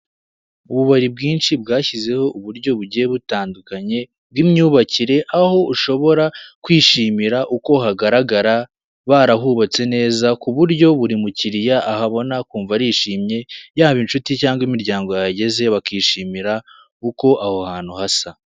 Ububari bwinshi bwashyizeho uburyo bugiye butandukanye bw'myubakire aho ushobora kwishimira uko hagaragara barahubatse neza ku buryo buri mukiliya ahabona akumva arishimye, yaba inshuti cyangwa imiryango yahageze bakishimira uko aho hantu hasa.